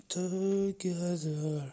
together